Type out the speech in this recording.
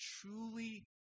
truly